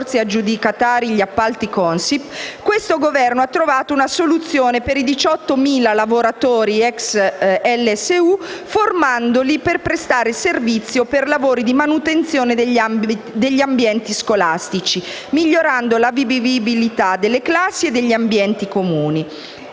aggiudicatari degli appalti Consip, il Governo ha trovato una soluzione per i 18.000 lavoratori, ex LSU, formandoli per prestare servizio per lavori di manutenzione degli ambienti scolastici, migliorando la vivibilità delle classi e degli ambienti comuni.